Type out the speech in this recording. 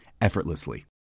effortlessly